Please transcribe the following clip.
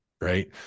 right